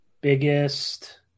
biggest